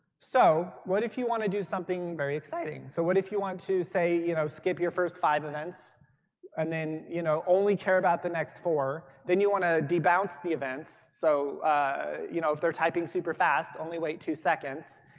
so what if you want to do something very exciting. so what if you want to say, you know skip your first five events and then you know only care about the next four, then you want to debounce the events, so you know if they're typing super-fast only wait two seconds,